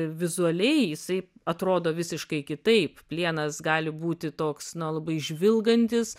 vizualiai jisai atrodo visiškai kitaip plienas gali būti toks na labai žvilgantis